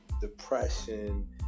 depression